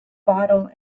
bottle